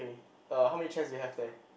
okay uh how many chairs you have there